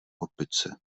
opice